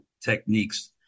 techniques